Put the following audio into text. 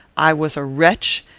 i was a wretch,